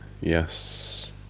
Yes